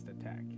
attack